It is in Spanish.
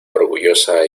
orgullosa